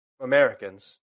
Americans